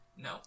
No